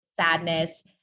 sadness